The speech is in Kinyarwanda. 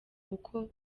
uko